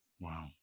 Wow